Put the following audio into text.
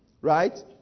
Right